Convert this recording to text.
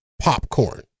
popcorn